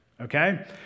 okay